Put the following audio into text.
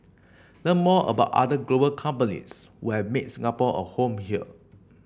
learn more about other global companies who have made Singapore a home here